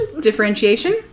differentiation